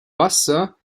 wasser